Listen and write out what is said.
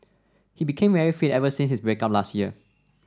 he became very fit ever since his break up last year